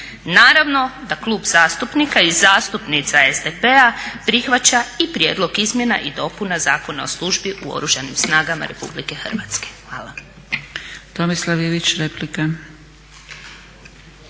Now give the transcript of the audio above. Naravno da Klub zastupnika i zastupnika SDP-a prihvaća i prijedlog izmjena i dopuna Zakona o službi u Oružanim snagama RH. Hvala. **Zgrebec, Dragica